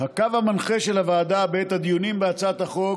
הקו המנחה של הוועדה בעת הדיונים בהצעת החוק